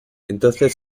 entonces